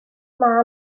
mân